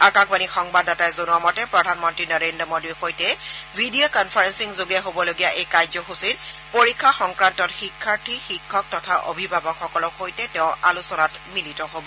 আকাশবাণীৰ সংবাদদাতাই জনোৱা মতে প্ৰধানমন্ত্ৰী নৰেন্দ্ৰ মোডীৰ সৈতে ভিডিঅ কনফাৰেপিংযোগে হবলগীয়া এই কাৰ্যসচীত পৰীক্ষা সংক্ৰান্তত শিক্ষাৰ্থী শিক্ষক তথা অভিভাৱকসকলৰ সৈতে তেওঁ আলোচনাত মিলিত হ'ব